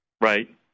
Right